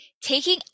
taking